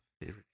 Favorite